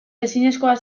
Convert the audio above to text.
ezinezkoa